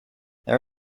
there